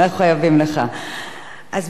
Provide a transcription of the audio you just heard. אז באמת, אדוני היושב-ראש,